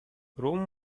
rome